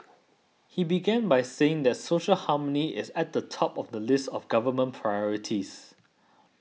he began by saying that social harmony is at the top of the list of government priorities